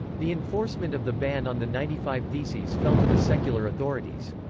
the enforcement of the ban on the ninety-five theses fell to the secular authorities.